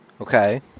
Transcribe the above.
Okay